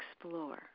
explore